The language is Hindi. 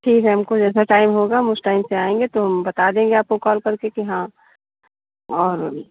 ठीक है हमको जैसा टाइम होगा हम उस टाइम पर आएंगे तो बता देंगे आपको कॉल करके कि हाँ और